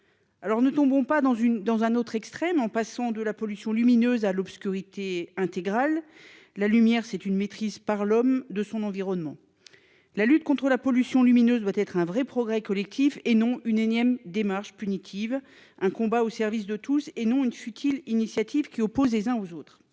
Alors, ne tombons pas dans une, dans un autre extrême en passant de la pollution lumineuse à l'obscurité intégral la lumière c'est une maîtrise par l'homme, de son environnement. La lutte contre la pollution lumineuse doit être un vrai progrès collectif et non une énième démarche punitive un combat au service de tous et non une futile initiative qui oppose les uns aux autres.